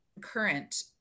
current